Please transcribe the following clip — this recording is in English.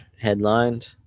headlined